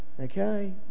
Okay